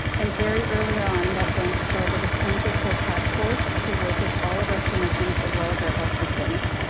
and very early on that branch started a clinical care task force to work with all of our clinicians, as well as our health systems.